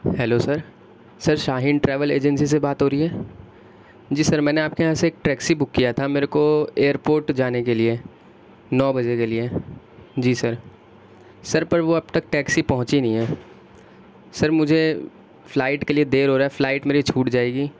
hello sir sir Shaheen travel agency سے بات ہو رہی ہے جی سر میں نے آپ کے یہاں سے ایک ٹیکسی بک کیا تھا میرے کو ایئرپوٹ جانے کے لیے نو بجے کے لیے جی سر سر پر وہ اب تک ٹیکسی پہنچی نہیں ہے سر مجھے فلائٹ کے لیے دیر ہو رہا ہے فلائٹ میری چھوٹ جائے گی